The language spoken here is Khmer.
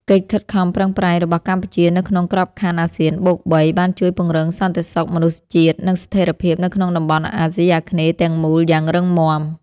កិច្ចខិតខំប្រឹងប្រែងរបស់កម្ពុជានៅក្នុងក្របខ័ណ្ឌអាស៊ានបូកបី បានជួយពង្រឹងសន្តិសុខមនុស្សជាតិ និងស្ថិរភាពនៅក្នុងតំបន់អាស៊ីអាគ្នេយ៍ទាំងមូលយ៉ាងរឹងមាំ។